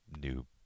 new